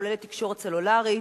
הכוללת תקשורת סלולרית,